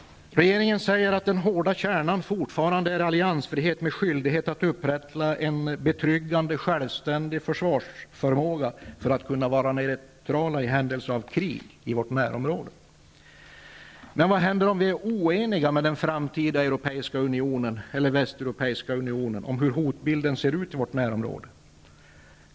Regeringen säger att den hårda kärnan fortfarande är alliansfriheten, med skyldighet att upprätthålla en betryggande självständig försvarsförmåga, för att kunna vara neutrala i händelse av ett krig i vårt närområde. Men vad händer om vi är oeniga med den framtida västeuropeiska unionen om hur hotbilden ser ut i vårt närområde?